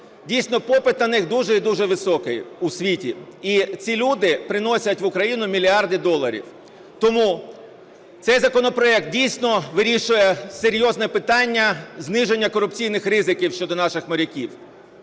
Дійсно попит на них дуже і дуже високий у світі. І ці люди приносять в Україну мільярди доларів. Тому цей законопроект, дійсно, вирішує серйозне питання зниження корупційних ризиків щодо наших моряків.